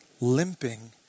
limping